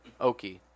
Okie